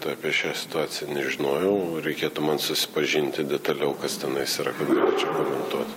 apie šią situaciją nežinojau reikėtų man susipažinti detaliau kas tenais yra kad galėčiau komentuot